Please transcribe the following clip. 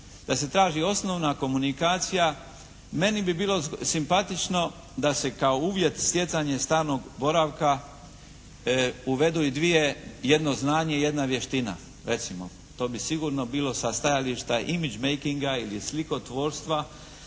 Da se traži osnovna komunikacija. Meni bi bilo simpatično da se uvjet stjecanje stalnog boravka uvedu i dvije jedno znanje i jedna vještina. To bi sigurno bilo sa stajališta image mekinga ili slikotvorstva